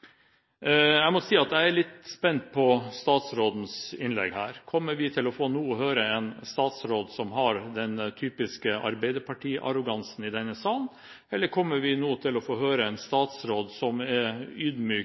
Jeg må si jeg er litt spent på statsrådens innlegg. Kommer vi nå til å få høre en statsråd som har den typiske arbeiderpartiarrogansen i denne salen, eller kommer vi nå til å få høre en statsråd som er